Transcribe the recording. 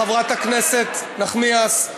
חברת הכנסת נחמיאס: